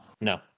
No